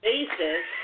basis